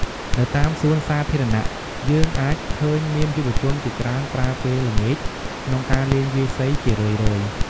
នៅតាមសួនសាធារណៈ យើងអាចឃើញមានយុវជនជាច្រើនប្រើពេលល្ងាចក្នុងការលេងវាយសីជារឿយៗ។